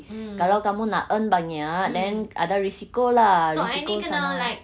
kalau kamu nak earn banyak then ada risiko lah risiko sama